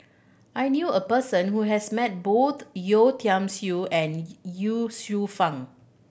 I knew a person who has met both Yeo Tiam Siew and Ye Shufang